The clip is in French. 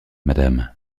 madame